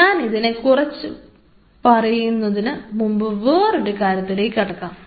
ഞാൻ അതിനെ കുറിച്ച് പറയുന്നതിനു മുമ്പ് വേറൊരു കാര്യത്തിലേക്ക് കടക്കാം